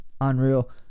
unreal